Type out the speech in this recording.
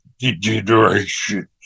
Degeneration